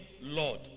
Lord